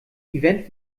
event